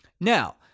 Now